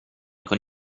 con